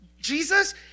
Jesus